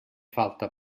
falta